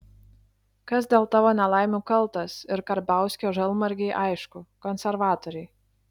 kas dėl tavo nelaimių kaltas ir karbauskio žalmargei aišku konservatoriai